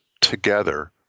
together